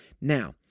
Now